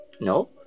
No